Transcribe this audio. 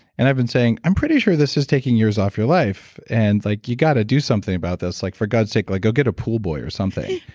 and i've been saying, i'm pretty sure this is taking years off your life and like you got to do something about this. like for god's sake, like go get a pool boy or something.